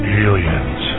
aliens